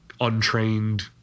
untrained